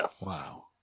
Wow